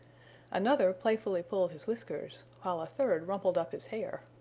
another playfully pulled his whiskers, while a third rumpled up his hair.